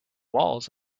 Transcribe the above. walls